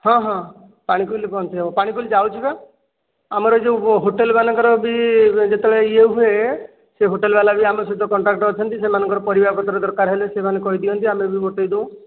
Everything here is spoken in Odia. ହଁ ହଁ ପାଣିକୋଇଲି ପହଞ୍ଚାଇହେବ ପାଣିକୋଇଲି ଯାଉଛି ବା ଆମର ଯେଉଁ ହୋଟେଲବାଲାଙ୍କର ବି ଯେତେବେଳେ ଇଏ ହୁଏ ସେ ହୋଟେଲବାଲା ବି ଆମ ସହିତ କଣ୍ଟାକ୍ଟରେ ଅଛନ୍ତି ସେମାନଙ୍କର ପରିବାପତ୍ର ଦରକାର ହେଲେ ସେମାନେ ବି କହିଦିଅନ୍ତି ଆମେ ବି ଗୋଟାଇଦଉ